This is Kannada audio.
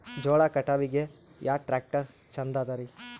ಜೋಳ ಕಟಾವಿಗಿ ಯಾ ಟ್ಯ್ರಾಕ್ಟರ ಛಂದದರಿ?